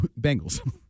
Bengals